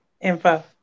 info